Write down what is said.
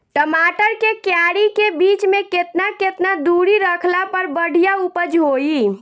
टमाटर के क्यारी के बीच मे केतना केतना दूरी रखला पर बढ़िया उपज होई?